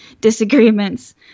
disagreements